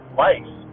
life